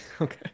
Okay